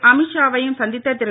அமித் ஷாவையும் சந்தித்த திரு